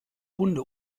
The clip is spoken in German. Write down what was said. hunde